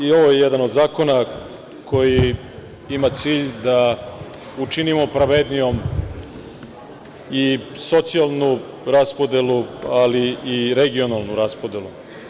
I ovo je jedan od zakona koji ima cilj da učinimo pravednijom i socijalnu raspodelu, ali i regionalnu raspodelu.